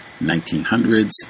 1900s